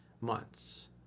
months